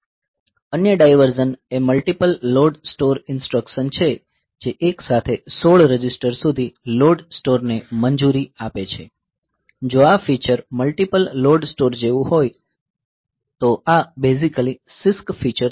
અન્ય ડાયવર્ઝન એ multiple load store instruction છે જે એકસાથે 16 રજિસ્ટર સુધી લોડ સ્ટોરને મંજૂરી આપે છે જો આ ફીચર મલ્ટીપલ લોડ સ્ટોર જેવું હોય તો આ બેઝીકલી CISC ફીચર છે